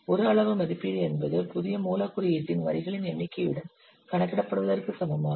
ஒரு அளவு மதிப்பீடு என்பது புதிய மூலக் குறியீட்டின் வரிகளின் எண்ணிக்கையுடன் கணக்கிடப்படுகிறதற்கு சமமாகும்